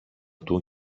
του